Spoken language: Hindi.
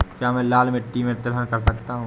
क्या मैं लाल मिट्टी में तिलहन कर सकता हूँ?